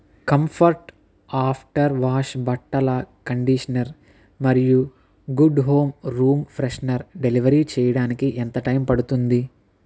comfort after wash బట్టల conditioner మరియు good home room freshener delivery చేయడానికి ఎంత టైం పడుతుంది